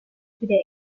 today